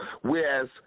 whereas